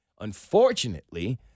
Unfortunately